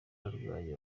abarwayi